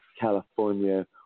California